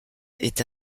est